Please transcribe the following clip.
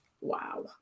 Wow